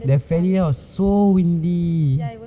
the ferry ride was so windy